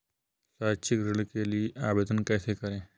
शैक्षिक ऋण के लिए आवेदन कैसे करें?